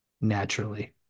naturally